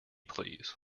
please